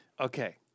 Okay